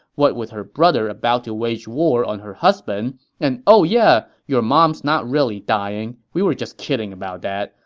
what with her brother about to wage war on her husband and, oh yeah, your mom's not really dying. we were just kidding. sorry about that.